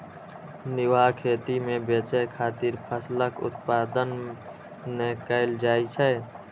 निर्वाह खेती मे बेचय खातिर फसलक उत्पादन नै कैल जाइ छै